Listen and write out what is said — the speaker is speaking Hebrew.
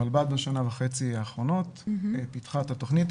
הרלב"ד בשנה וחצי האחרונות פיתחה את התכנית